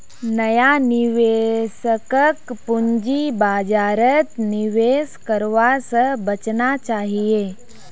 नया निवेशकक पूंजी बाजारत निवेश करवा स बचना चाहिए